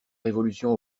révolution